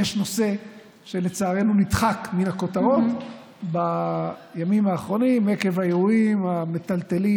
יש נושא שלצערנו נדחק מן הכותרות בימים האחרונים עקב האירועים המטלטלים,